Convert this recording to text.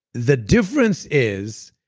the difference is,